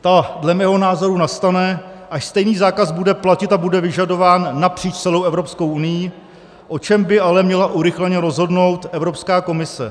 Ta dle mého názoru nastane, až stejný zákaz bude platit a bude vyžadován napříč celou Evropskou unií, o čemž by ale měla urychleně rozhodnout Evropská komise.